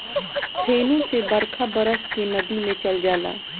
फेनू से बरखा बरस के नदी मे चल जाला